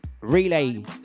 relay